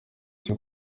cyo